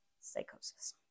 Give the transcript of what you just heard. psychosis